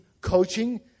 coaching